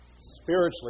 Spiritually